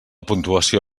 puntuació